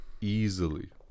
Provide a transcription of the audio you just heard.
easily